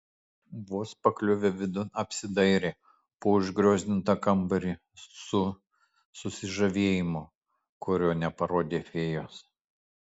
vos pakliuvę vidun apsidairė po užgriozdintą kambarį su susižavėjimu kurio neparodė fėjos